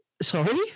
Sorry